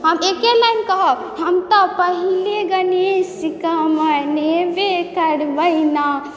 हम एकय लाइन कहब हम तऽ पहिले गणेशके मनेबे करबय ना